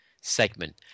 segment